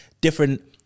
different